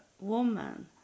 woman